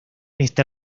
este